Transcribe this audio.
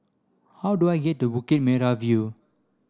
how do I get to Bukit Merah View